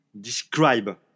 describe